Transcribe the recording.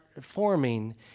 forming